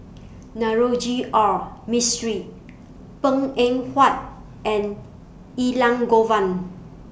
Navroji R Mistri Png Eng Huat and Elangovan